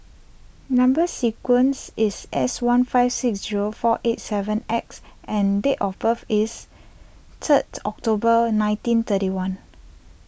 Number Sequence is S one five six zero four eight seven X and date of birth is third October nineteen thirty one